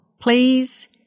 please